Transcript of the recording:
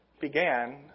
began